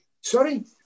Sorry